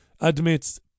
admits